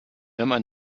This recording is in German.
einen